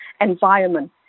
environment